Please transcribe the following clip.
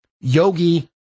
Yogi